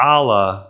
Allah